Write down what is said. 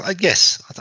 Yes